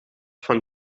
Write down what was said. van